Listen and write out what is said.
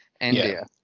India